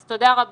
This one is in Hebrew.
אז תודה רבה,